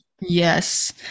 Yes